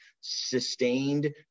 sustained